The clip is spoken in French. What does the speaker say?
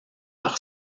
par